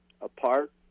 apart